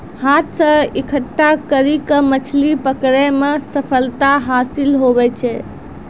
हाथ से इकट्ठा करी के मछली पकड़ै मे सफलता हासिल हुवै छै